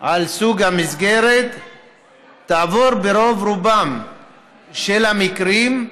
על סוג המסגרת תעבור, ברוב-רובם של המקרים,